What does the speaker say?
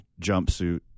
jumpsuit